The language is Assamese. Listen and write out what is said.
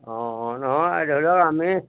অঁ নহয় ধৰি লওক আমি